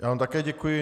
Já vám také děkuji.